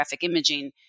imaging